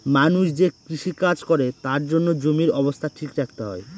মানুষ যে কৃষি কাজ করে তার জন্য জমির অবস্থা ঠিক রাখতে হয়